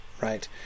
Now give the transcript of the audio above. Right